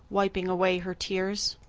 wiping away her tears.